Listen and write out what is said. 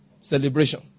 Celebration